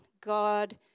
God